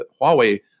Huawei